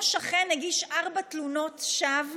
אותו שכן הגיש ארבע תלונות שווא